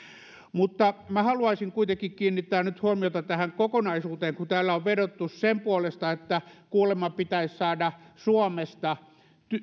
minä haluaisin kuitenkin kiinnittää nyt huomiota tähän kokonaisuuteen kun täällä on vedottu sen puolesta että kuulemma pitäisi saada suomesta